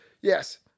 yes